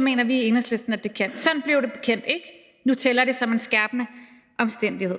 mener vi i Enhedslisten at det kan. Sådan blev det som bekendt ikke, og nu tæller det som en skærpende omstændighed.